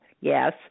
yes